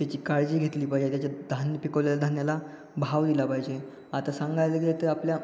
त्याची काळजी घेतली पाहिजे त्याच्यात धान्य पिकवलेल्या धान्याला भाव दिला पाहिजे आता सांगायला गेलं तर आपल्या